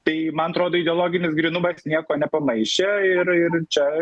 tai man atrodo ideologinis grynumas nieko nepamaišė ir ir čia